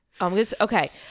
Okay